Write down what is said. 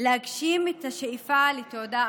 להגשים את השאיפה לתעודה אקדמית.